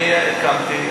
אני הקמתי,